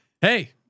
Hey